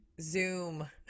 Zoom